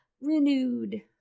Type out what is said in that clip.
renewed